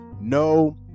no